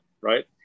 right